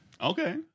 Okay